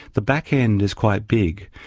the back end is quite big.